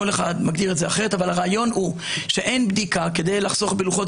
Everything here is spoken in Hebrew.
כל אחד מגדיר את זה אחרת אבל הרעיון הוא שכדי לחסוך בלוחות